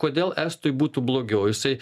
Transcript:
kodėl estui būtų blogiau jisai